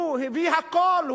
הוא הביא הכול,